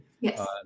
Yes